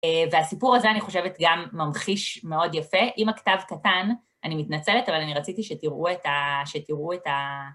והסיפור הזה, אני חושבת, גם ממחיש מאוד יפה. אם הכתב קטן, אני מתנצלת, אבל אני רציתי שתראו את ה...